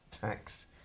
tax